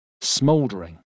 smouldering